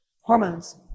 hormones